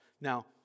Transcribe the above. now